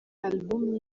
album